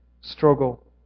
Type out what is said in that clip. struggle